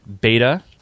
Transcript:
beta